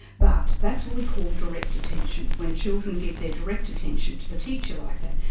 but that's what we call direct attention, when children give their direct attention to the teacher like that.